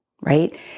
right